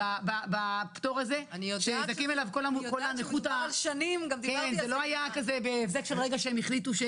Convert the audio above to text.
זה לא היה כזה בהיבזק של רגע שהם החליטו,